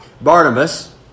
Barnabas